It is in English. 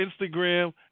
Instagram